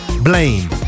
Blame